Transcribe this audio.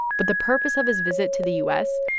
but the purpose of his visit to the u s.